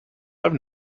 have